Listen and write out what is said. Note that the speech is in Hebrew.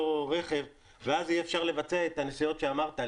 רכב ואז יהיה אפשר לבצע את הנסיעות שאמרת,